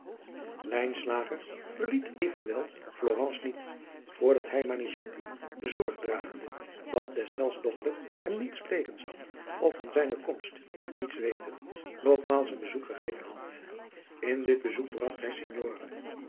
verliet evenwel florence niet voor dat hij manichetti zorg dragende dat deszelfs dochter hem niet spreken zou of van zijne komst iets weten nogmaals een bezoek gegeven had in dit bezoek bragt hij